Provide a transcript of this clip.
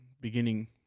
beginning